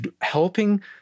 helping